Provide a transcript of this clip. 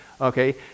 okay